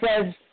says